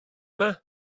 yma